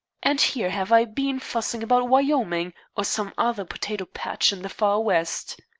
and here have i been fussing about wyoming or some other potato-patch in the far west.